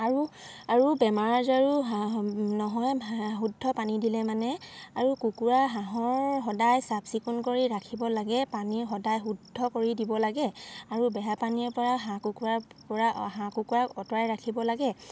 আৰু আৰু বেমাৰ আজাৰো নহয় শুদ্ধ পানী দিলে মানে আৰু কুকুৰা হাঁহৰ সদায় চাফ চিকুণ কৰি ৰাখিব লাগে পানী সদায় শুদ্ধ কৰি দিব লাগে আৰু বেয়া পানীৰৰপৰা হাঁহ কুকুৰাৰপৰা হাঁহ কুকুৰাক আঁতৰাই ৰাখিব লাগে